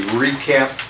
recap